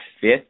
fifth